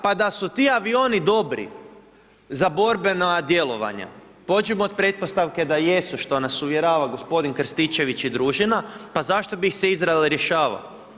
Pa da su ti avioni dobri za borbena djelovanja, pođimo od pretpostavke da jesu što nas uvjerava gospodin Krstičević i družina, pa zašto bi ih se Izrael rješavao?